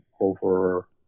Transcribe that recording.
over